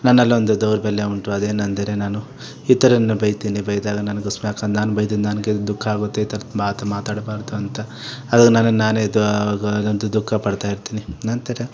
ನನ್ನಲ್ಲೊಂದು ದೌರ್ಬಲ್ಯ ಉಂಟು ಅದೇನೆಂದರೆ ನಾನು ಇತರರನ್ನು ಬೈತೀನಿ ಬೈದಾಗ ನನಗೆ ನಾನು ಬೈದಿದ್ದ ನನಗೆ ದುಃಖ ಆಗುತ್ತೆ ಈ ಥರ ಮಾತು ಮಾತಾಡಬಾರ್ದು ಅಂತ ಅದು ನನಗೆ ನಾನೇ ದುಃಖ ಪಡ್ತಾಯಿರ್ತೀನಿ ನಂತರ